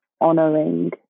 honoring